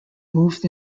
moved